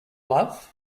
love